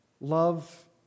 love